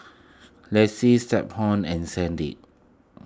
Lise Stephon and Sandy